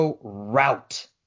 route